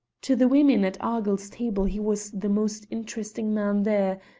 to the women at argyll's table he was the most interesting man there,